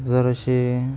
जर असे